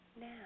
now